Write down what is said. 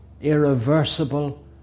irreversible